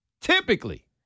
typically